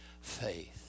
faith